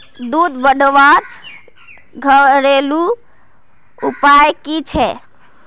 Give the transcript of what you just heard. दूध बढ़वार घरेलू उपाय की छे?